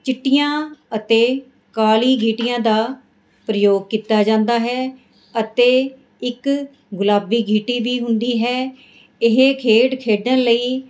ਚਿੱਟੀਆਂ ਅਤੇ ਕਾਲੀ ਗਿੱਟੀਆਂ ਦਾ ਪ੍ਰਯੋਗ ਕੀਤਾ ਜਾਂਦਾ ਹੈ ਅਤੇ ਇੱਕ ਗੁਲਾਬੀ ਗੀਟੀ ਵੀ ਹੁੰਦੀ ਹੈ ਇਹ ਖੇਡ ਖੇਡਣ ਲਈ